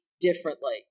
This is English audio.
differently